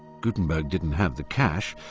gutenberg didn't have the cash,